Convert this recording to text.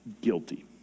Guilty